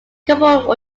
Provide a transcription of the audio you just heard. couple